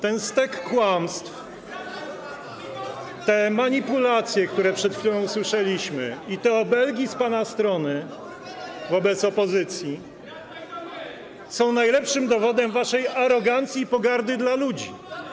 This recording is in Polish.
Ten stek kłamstw, te manipulacje, które przed chwilą usłyszeliśmy, i te obelgi z pana strony wobec opozycji są najlepszym dowodem na waszą arogancję i pogardę dla ludzi.